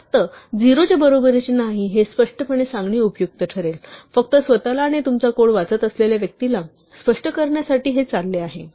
फक्त 0 च्या बरोबरीचे नाही असे स्पष्टपणे सांगणे उपयुक्त ठरेल फक्त स्वतःला आणि तुमचा कोड वाचत असलेल्या व्यक्तीला स्पष्ट करण्यासाठी हे चालले आहे